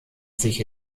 sich